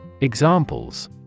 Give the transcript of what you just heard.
Examples